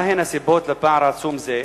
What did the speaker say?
מה הן הסיבות לפער העצום הזה,